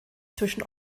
zwischen